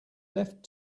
left